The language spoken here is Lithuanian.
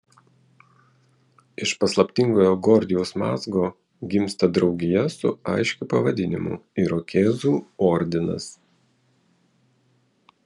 iš paslaptingojo gordijaus mazgo gimsta draugija su aiškiu pavadinimu irokėzų ordinas